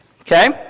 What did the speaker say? Okay